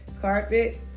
Carpet